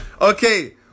Okay